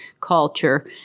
culture